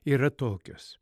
yra tokios